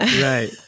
Right